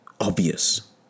obvious